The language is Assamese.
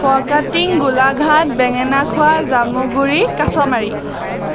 ফৰকাটিং গোলাঘাট বেঙেনাখোৱা জামুগুৰি কাছমাৰী